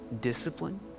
discipline